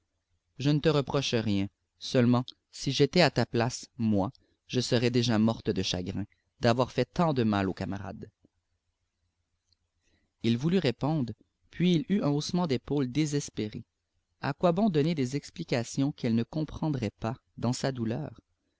je ne te reproche rien seulement si j'étais à ta place moi je serais déjà morte de chagrin d'avoir fait tant de mal aux camarades il voulut répondre puis il eut un haussement d'épaules désespéré à quoi bon donner des explications qu'elle ne comprendrait pas dans sa douleur